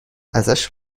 ازش